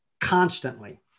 constantly